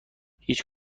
هیچ